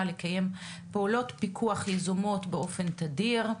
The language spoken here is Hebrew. לקיים פעולות פיקוח יזומות באופן תדיר.